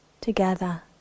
together